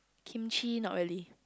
kimchi not really